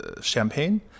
champagne